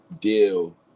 deal